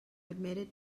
admitted